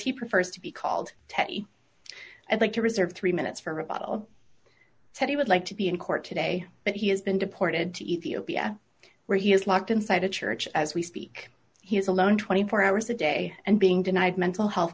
he prefers to be called i think to reserve three minutes for rebuttal said he would like to be in court today but he has been deported to ethiopia where he is locked inside a church as we speak he is alone twenty four hours a day and being denied mental health